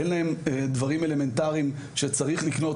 אין להם דברים אלמנטריים שצריך לקנות